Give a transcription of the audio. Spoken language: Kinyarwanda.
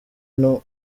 nko